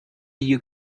you